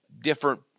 different